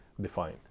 define